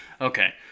okay